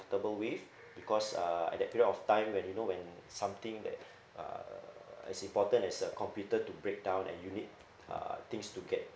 with because uh at that period of time when you know when something that uh as important as a computer to break down and you need uh things to get